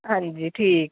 ਹਾਂਜੀ ਠੀਕ